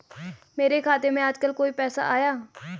मेरे खाते में आजकल कोई पैसा आया?